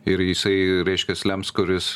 ir jisai reiškias lems kuris